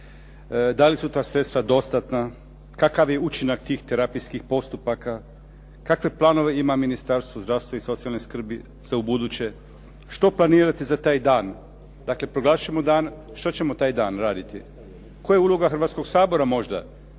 da li su ta sredstva dostatna, kakav je učinak tih terapijskih postupaka, kakve planove ima Ministarstvo zdravstva i socijalne skrbi za ubuduće, što planirati za taj dan?. Dakle, proglasit ćemo dan, što ćemo taj dan raditi? Koja je uloga Hrvatskog sabora možda?